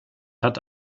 hat